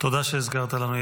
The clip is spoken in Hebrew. תודה שהזכרת לנו.